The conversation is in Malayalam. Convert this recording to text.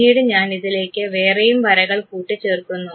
പിന്നീട് ഞാൻ ഇതിലേക്ക് വേറെയും വരകൾ കൂട്ടിച്ചേർക്കുന്നു